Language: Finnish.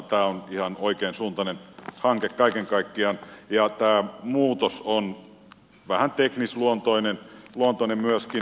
tämä on ihan oikeansuuntainen hanke kaiken kaikkiaan ja tämä muutos on vähän teknisluontoinen myöskin